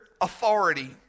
authority